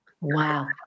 wow